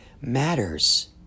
matters